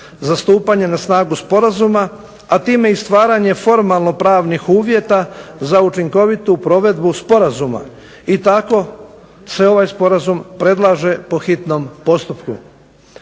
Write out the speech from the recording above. za stupanje na snagu sporazuma, a time i stvaranje formalno-pravnih uvjeta za učinkovitu provedbu sporazuma i tako se ovaj Sporazum predlaže po hitnom postupku.